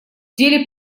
деле